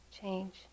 change